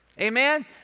Amen